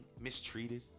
mistreated